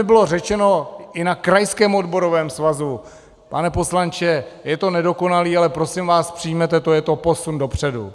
Bylo mi řečeno i na krajském odborovém svazu: Pane poslanče, je to nedokonalé, ale prosím vás, přijměte to, je to posun dopředu.